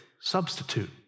substitute